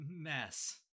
mess